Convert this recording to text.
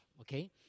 okay